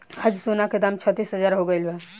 आज सोना के दाम छत्तीस हजार हो गइल बा